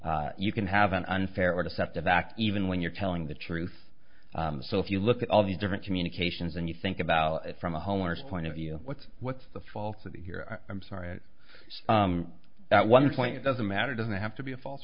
a you can have an unfair or deceptive act even when you're telling the truth so if you look at all these different communications and you think about it from a homeowner's point of view what's what's the falsity here i'm sorry it at one point doesn't matter doesn't have to be a false